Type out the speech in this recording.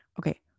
Okay